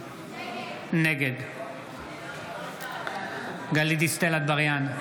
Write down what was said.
נגד גלית דיסטל אטבריאן,